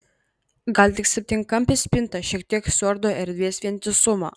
gal tik septynkampė spinta šiek tiek suardo erdvės vientisumą